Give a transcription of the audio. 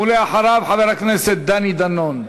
ואחריו, חבר הכנסת דני דנון.